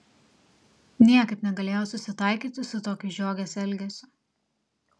niekaip negalėjo susitaikyti su tokiu žiogės elgesiu